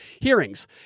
hearings